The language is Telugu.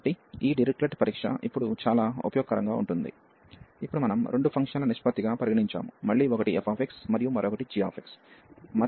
కాబట్టి ఈ డిరిచ్లెట్ టెస్ట్ ఇప్పుడు చాలా ఉపయోగకరంగా ఉంది ఇప్పుడు మనం రెండు ఫంక్షన్ల నిష్పత్తిగా పరిగణించాము మళ్ళీ ఒకటి fx మరియు మరొకటి gx